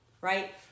Right